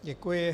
Děkuji.